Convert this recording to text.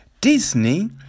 Disney